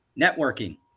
networking